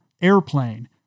airplane